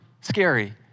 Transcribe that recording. scary